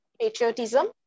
patriotism